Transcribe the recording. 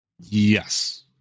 yes